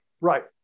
Right